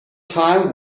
time